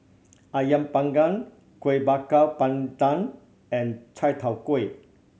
Ayam Panggang Kuih Bakar Pandan and Chai Tow Kuay